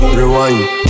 rewind